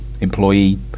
Employee